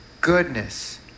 goodness